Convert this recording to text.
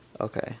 Okay